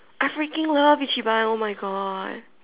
I freaking love ichiban oh my God